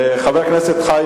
חבר הכנסת חיים